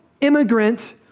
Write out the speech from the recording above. immigrant